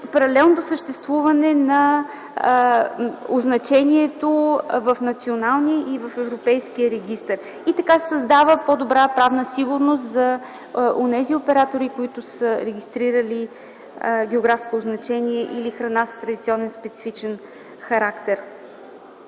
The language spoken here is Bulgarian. паралелното съществуване на означението в националния и в европейския регистър. Така се създава по-голяма правна сигурност за онези оператори, които са регистрирали географско означение или храна с традиционен специфичен характер.